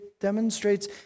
demonstrates